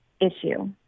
issue